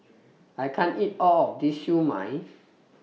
I can't eat All of This Siew Mai